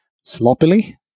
sloppily